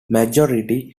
majority